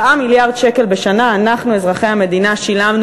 4 מיליארד שקל בשנה אנחנו אזרחי המדינה שילמנו